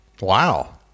Wow